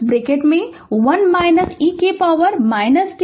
bracket में 1 e कि power - tτ